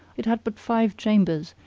it had but five chambers,